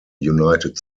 united